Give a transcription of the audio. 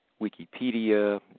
Wikipedia